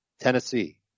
Tennessee